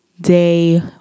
day